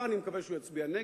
אני מקווה שמחר הוא יצביע נגד.